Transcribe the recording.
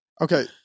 Okay